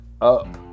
up